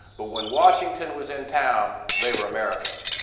but when washington was in town they were americans.